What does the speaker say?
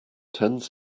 tends